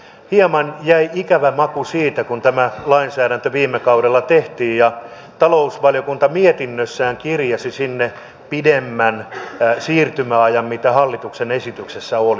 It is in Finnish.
hieman jäi ikävä maku siitä kun tämä lainsäädäntö viime kaudella tehtiin ja talousvaliokunta mietinnössään kirjasi sinne pidemmän siirtymäajan kuin mikä hallituksen esityksessä oli